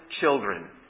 children